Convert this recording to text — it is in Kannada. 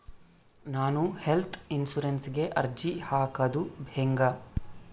ನಾನು ಹೆಲ್ತ್ ಇನ್ಸುರೆನ್ಸಿಗೆ ಅರ್ಜಿ ಹಾಕದು ಹೆಂಗ?